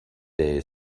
they